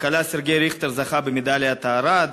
הקלע סרגיי ריכטר זכה במדליית הארד,